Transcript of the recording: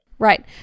Right